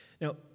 Now